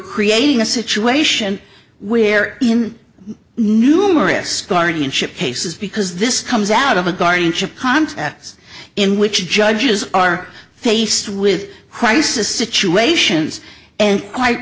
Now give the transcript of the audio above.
creating a situation where in numerous guardianship cases because this comes out of a guardianship context in which judges are faced with crisis situations and quite